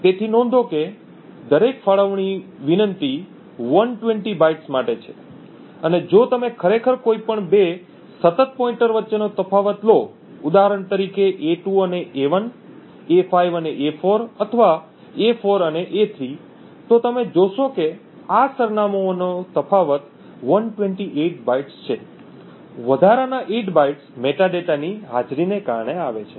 તેથી નોંધો કે દરેક ફાળવણી વિનંતી 120 બાઇટ્સ માટે છે અને જો તમે ખરેખર કોઈપણ બે સતત પોઇન્ટર વચ્ચેનો તફાવત લો ઉદાહરણ તરીકે a2 અને a1 a5 અને a4 અથવા a4 અને a3 તો તમે જોશો કે આ સરનામાંઓનો તફાવત 128 બાઇટ્સ છે વધારાના 8 બાઇટ્સ મેટાડેટાની હાજરીને કારણે આવે છે